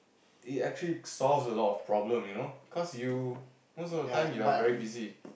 it actually solves a lot of problem you know cause you most of the time you are very busy